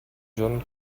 giorno